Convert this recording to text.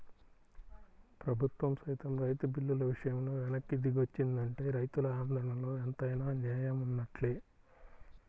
ప్రభుత్వం సైతం రైతు బిల్లుల విషయంలో వెనక్కి దిగొచ్చిందంటే రైతుల ఆందోళనలో ఎంతైనా నేయం వున్నట్లే